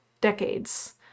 decades